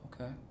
Okay